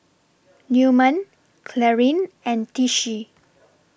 Newman Clarine and Tishie